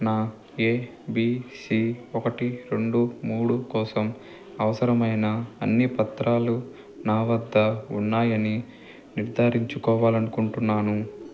నా A B C ఒకటి రెండు మూడు కోసం అవసరమైన అన్నీ పత్రాలు నా వద్ద ఉన్నాయని నిర్ధారించుకోవాలి అనుకుంటున్నాను